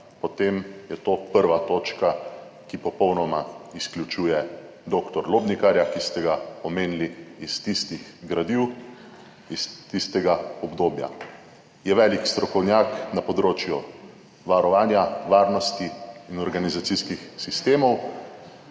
potem je to 1. točka, ki popolnoma izključuje dr. Lobnikarja, ki ste ga omenili iz tistih gradiv, iz tistega obdobja. Je velik strokovnjak na področju varovanja, varnosti in organizacijskih sistemov,